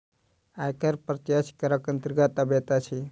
आयकर प्रत्यक्ष करक अन्तर्गत अबैत अछि